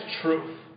truth